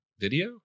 Video